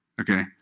okay